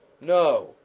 No